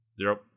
Zero